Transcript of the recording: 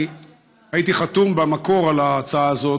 אני הייתי חתום במקור על ההצעה הזאת,